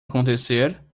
acontecer